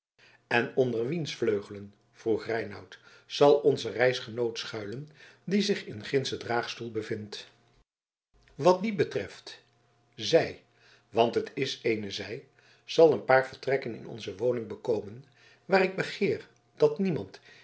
en onder wiens vleugelen vroeg reinout zal onze reisgenoot schuilen die zich in gindschen draagstoel bevindt wat die betreft zij want het is eene zij zal een paar vertrekken in onze woning bekomen waar ik begeer dat niemand